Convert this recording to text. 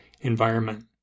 environment